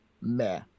meh